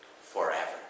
forever